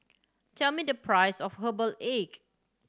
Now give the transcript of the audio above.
tell me the price of herbal egg